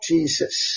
Jesus